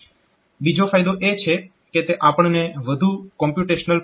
બીજો ફાયદો એ છે કે તે આપણને વધુ કોમ્પ્યુટેશનલ પાવર આપે છે